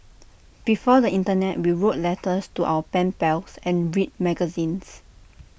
before the Internet we wrote letters to our pen pals and read magazines